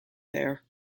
there